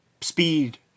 speed